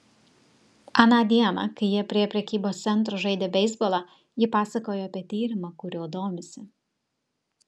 aną dieną kai jie prie prekybos centro žaidė beisbolą ji pasakojo apie tyrimą kuriuo domisi